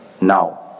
now